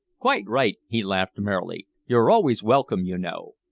quite right, he laughed merrily. you're always welcome, you know.